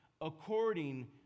according